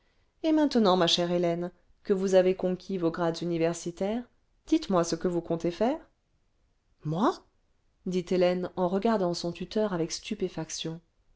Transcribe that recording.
et maintenant ma chère hélène que vous avez conquis vos grades universitaires dites-moi ce que vous comptez faire moi dit hélène en regardant son tuteur avec stupéfaction